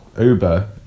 Uber